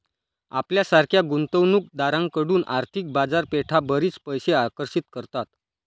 आपल्यासारख्या गुंतवणूक दारांकडून आर्थिक बाजारपेठा बरीच पैसे आकर्षित करतात